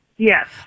Yes